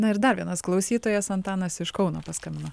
na ir dar vienas klausytojas antanas iš kauno paskambino